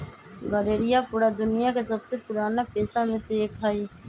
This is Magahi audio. गरेड़िया पूरा दुनिया के सबसे पुराना पेशा में से एक हई